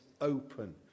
open